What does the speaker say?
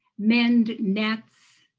mend nets,